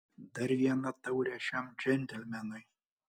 dar vieną taurę šiam džentelmenui